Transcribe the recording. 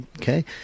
Okay